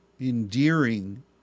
endearing